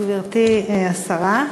גברתי השרה,